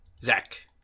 Zach